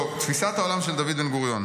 "תפיסת העולם של דוד בן-גוריון.